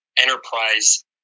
enterprise